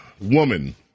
woman